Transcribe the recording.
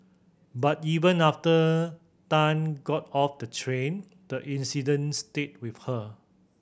but even after Tan got off the train the incident stayed with her